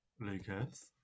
Lucas